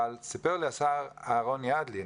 אבל סיפר לי השר אהרון ידלין